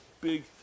big